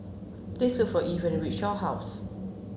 please look for Evie when you reach Shaw House